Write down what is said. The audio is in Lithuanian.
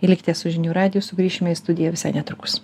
likite su žinių radiju sugrišme į studiją visai netrukus